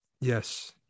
Yes